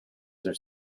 their